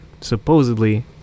supposedly